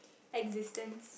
existence